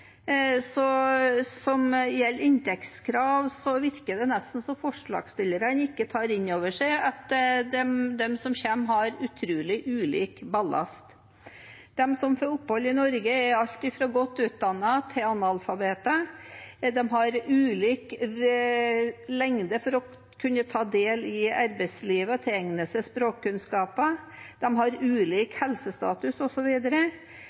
inntektskrav, virker det nesten som om forslagsstillerne ikke tar inn over seg at de som kommer, har utrolig ulik ballast. De som får opphold i Norge, er alt fra godt utdannet til analfabeter. De har ulik evne til å kunne ta del i arbeidslivet og til å tilegne seg språkkunnskaper, de har